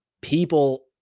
people